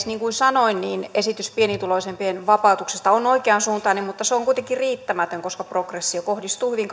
niin kuin sanoin esitys pienituloisimpien vapautuksesta on oikeansuuntainen mutta se on kuitenkin riittämätön koska progressio kohdistuu hyvin